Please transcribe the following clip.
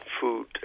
food